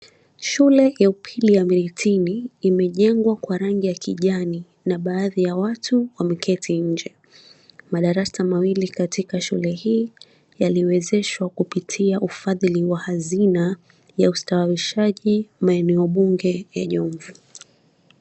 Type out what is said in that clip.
Shule ya upili ya Miritini imejengwa kwa rangi ya kijani na baadhi ya watu wameketi njee. Madarasa mawili katika shule hii yaliwezeshwa kupitia ufadhili wa hazina ya ustaawishaji maeneo bunge ya Jomvu.